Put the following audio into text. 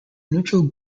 neutral